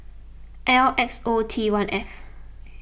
L X O T one F